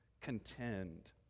contend